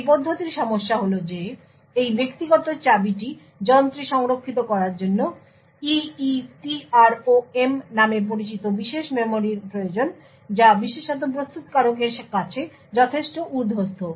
এই পদ্ধতির সমস্যা হল যে এই ব্যক্তিগত চাবিটি যন্ত্রে সংরক্ষিত করার জন্য EEPROM নামে পরিচিত বিশেষ মেমরির প্রয়োজন যা বিশেষত প্রস্তুতকারকের কাছে যথেষ্ট উর্দ্ধস্থ